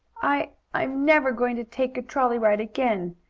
i i'm never going to take a trolley ride again,